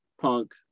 Punk